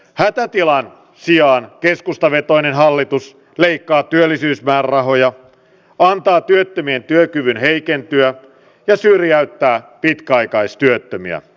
hätätilan sijaan keskustavetoinen hallitus leikkaa työllistämismäärärahoja antaa työttömien työkyvyn heikentyä ja syrjäyttää pitkäaikaistyöttömiä